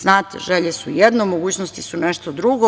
Znate, želje su jedno, a mogućnosti su nešto drugo.